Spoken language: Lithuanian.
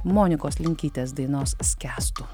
monikos linkytės dainos skęstu